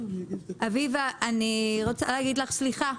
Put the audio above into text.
אביבה, אני רוצה להגיד לך סליחה.